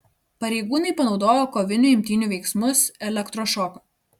pareigūnai panaudojo kovinių imtynių veiksmus elektrošoką